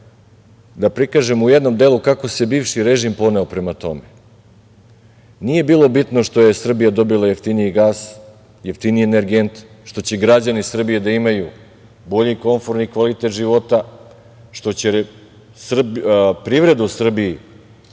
da prikažem u jednom delu kako se bivši reži poneo u tome. Nije bilo bitno što je Srbija dobila jeftiniji gas, jeftiniji energent, što će građani Srbije da imaju bolji komforniji, kvalitet života, što će privreda u Srbiji